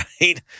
right